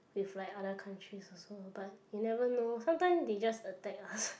with like all the countries also but you never know some time they just attack us